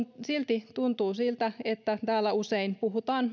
silti tuntuu siltä että täällä usein puhutaan